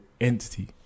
Entity